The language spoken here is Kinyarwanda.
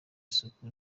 isuku